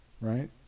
right